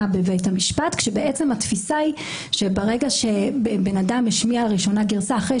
בבית המשפט כשבעצם התפיסה היא שברגע שבן אדם השמיע לראשונה גרסה אחרי